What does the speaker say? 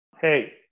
hey